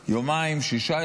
אנחנו נמצאים בזמן